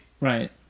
Right